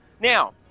Now